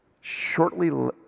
shortly